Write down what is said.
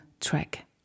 track